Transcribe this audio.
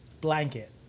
Blanket